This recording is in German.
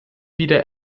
wieder